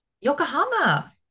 yokohama